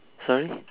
sorry